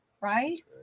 right